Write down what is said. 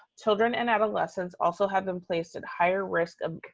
children and adolescents also have been placed at higher risk of